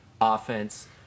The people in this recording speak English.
offense